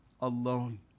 alone